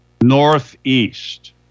Northeast